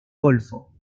golfo